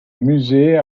musée